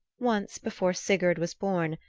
once, before sigurd was born,